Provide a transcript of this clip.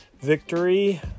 victory